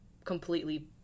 completely